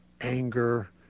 anger